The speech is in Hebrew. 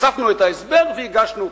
הוספנו בה את ההסבר והגשנו אותה.